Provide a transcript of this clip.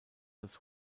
das